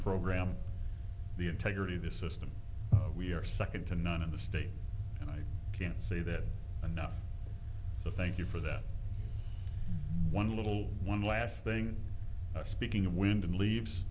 program the integrity of the system we are second to none in the state and i can't say that enough so thank you for that one little one last thing speaking of wind and leaves